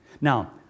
Now